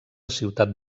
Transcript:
ciutat